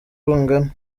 bungana